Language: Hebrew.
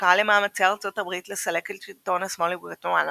כהצדקה למאמצי ארצות הברית לסלק את שלטון השמאל מגואטמלה.